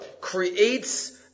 creates